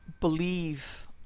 believe